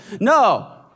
No